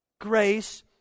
grace